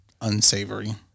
unsavory